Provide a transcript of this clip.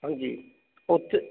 ਹਾਂਜੀ ਓਕੇ